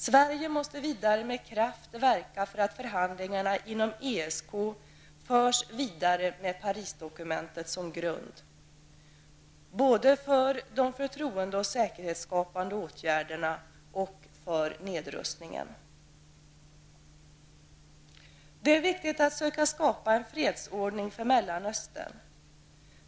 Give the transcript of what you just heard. Sverige måste vidare med kraft verka för att förhandlingarna inom ESK förs vidare med Parisdokumentet som grund för såväl de förtroende och säkerhetsskapande åtgärderna som nedrustningen. Det är viktigt att söka skapa en fredsordning för Mellanöstern.